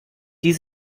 die